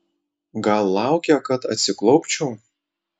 gal laukia kad atsiklaupčiau